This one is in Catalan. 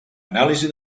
anàlisi